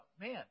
man